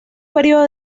periodo